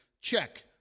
check